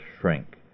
shrink